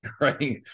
right